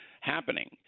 happening